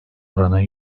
oranı